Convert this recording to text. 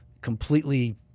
completely